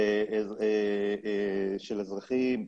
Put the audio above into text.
של אזרחים,